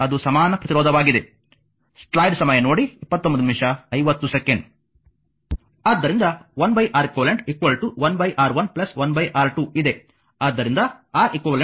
ಆದ್ದರಿಂದ 1 Req 1 R1 1 R2 ಇದೆ ಆದ್ದರಿಂದ Req ವಾಸ್ತವವಾಗಿ ಸಮಾನ ಪ್ರತಿರೋಧವಾಗಿದೆ